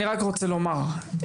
אני רק רוצה לומר,